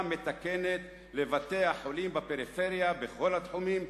מתקנת לבתי-החולים בפריפריה בכל התחומים,